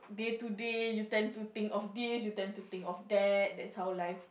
day to day you tend to think of this you tend to think of that that's how life